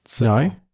No